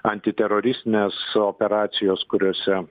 antiteroristinės operacijos kuriose